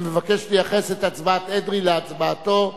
ומבקש לייחס את הצבעת אדרי להצבעתו.